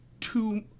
two